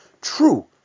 True